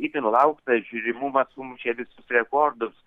itin laukta ir žiūrimumas sumušė visus rekordus